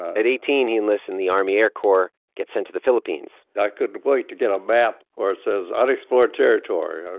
at eighteen, he enlists in the army air corps, gets sent to the philippines i couldn't wait to get a map where it says unexplored territory,